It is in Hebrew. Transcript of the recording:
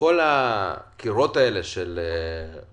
כל הקירות האלה של הבירוקרטיה,